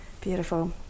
Beautiful